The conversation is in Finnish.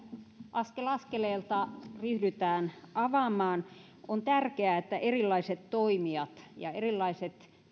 askel askeleelta ryhdytään avaamaan on tärkeää että erilaiset toimijat ja erilaiset